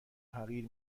حقیر